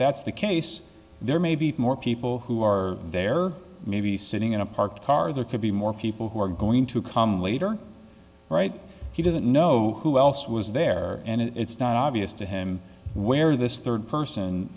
that's the case there may be more people who are there or maybe sitting in a parked car there could be more people who are going to come later right he doesn't know who else was there and it's not obvious to him where this third person